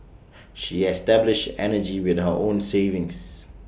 she established energy with her own savings